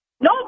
No